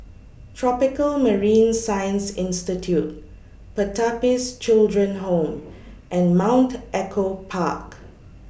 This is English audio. Tropical Marine Science Institute Pertapis Children Home and Mount Echo Park